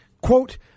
quote